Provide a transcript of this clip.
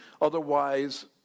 Otherwise